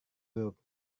buruk